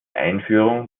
einführung